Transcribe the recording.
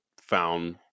found